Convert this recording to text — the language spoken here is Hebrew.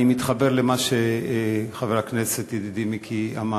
אני מתחבר למה שחבר הכנסת, ידידי מיקי, אמר.